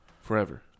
Forever